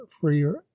freer